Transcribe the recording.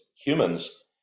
humans